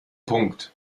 punkt